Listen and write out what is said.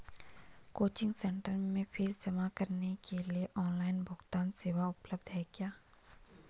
Coaching centre में फीस जमा करने के लिए ऑनलाइन भुगतान सेवा उपलब्ध है क्या?